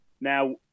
now